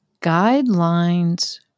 guidelines